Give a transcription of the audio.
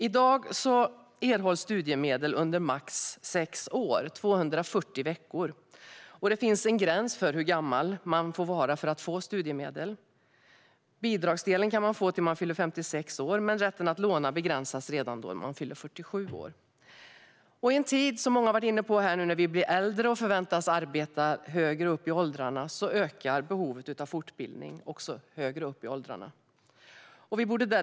I dag erhålls studiemedel under max sex år, 240 veckor, och det finns en gräns för hur gammal man får vara för att få studiemedel. Bidragsdelen kan man få fram till man fyller 56 år, men rätten att låna begränsas redan från det år man fyller 47. Många har varit inne på att behovet av fortbildning högre upp i åldrarna ökar i en tid när vi blir allt äldre och förväntas arbeta högre upp i åldrarna.